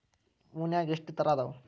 ಹೂನ್ಯಾಗ ಎಷ್ಟ ತರಾ ಅದಾವ್?